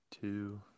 two